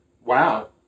Wow